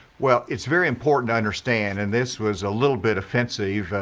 well, it's very important to understand, and this was a little bit offensive,